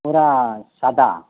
ପୁରା ସାଧା